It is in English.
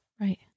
Right